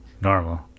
normal